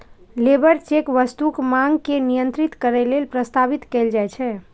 labour check वस्तुक मांग के नियंत्रित करै लेल प्रस्तावित कैल जाइ छै